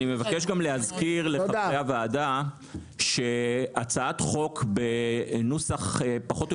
אני מבקש להזכיר לחברי הוועדה שהצעת חוק בנוסח פחות או